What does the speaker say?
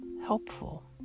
helpful